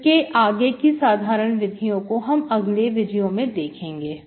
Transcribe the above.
इसके आगे की साधारण विधियों को हम अगले वीडियो में देखेंगे